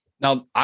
Now